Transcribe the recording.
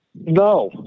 No